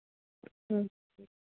ਹਾਂ ਜੀ